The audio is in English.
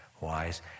wise